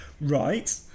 Right